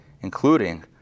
including